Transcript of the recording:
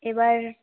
এবার